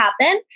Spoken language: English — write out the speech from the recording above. happen